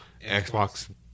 Xbox